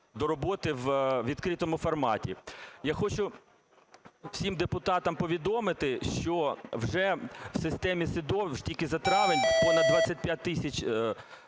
до роботи у відкритому форматі. Я хочу всім депутатам повідомити, що вже в системі СЕДО тільки за травень понад 25 тисяч